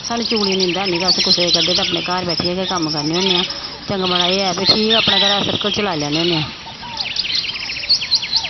सानूं चुगली निंदेआ निं अस कुसै दी करदे ते अपने घर बैठियै गै कम्म करने होन्ने आं चंगा माड़ा एह् ऐ कि ठीक ऐ अपने घर दा सर्कल चलाई लैन्ने होन्ने आं